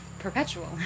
perpetual